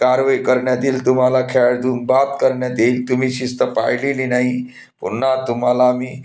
कारवाई करण्यात येईल तुम्हाला खेळातून बाद करण्यात येईल तुम्ही शिस्त पाळलेली नाही पुन्हा तुम्हाला मी